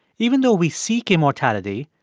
even though we seek immortality,